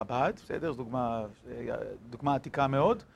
אבד, בסדר, זו דוגמה עתיקה מאוד.